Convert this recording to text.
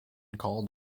called